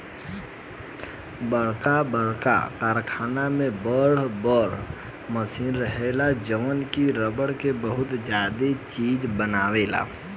बरका बरका कारखाना में बर बर मशीन रहेला जवन की रबड़ से बहुते ज्यादे चीज बनायेला